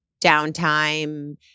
downtime